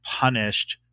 punished